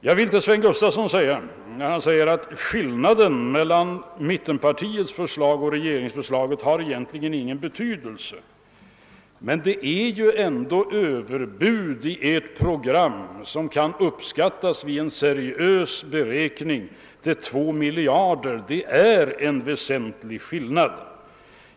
Jag vill till Sven Gustafson — som påstår att skillnaden mellan mittenpartiernas förslag och regeringsförslaget egentligen inte har någon betydelse — säga att det ändå är överbud i ert program, som vid en seriös beräkning kan uppskattas till 2 miljarder. Det är en väsentlig skillnad.